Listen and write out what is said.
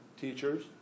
Teachers